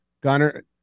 Gunner